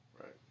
right